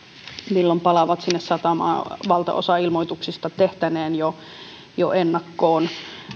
milloin palaavat sinne satamaan valtaosa ilmoituksista tehtäneen jo jo ennakkoon